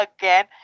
again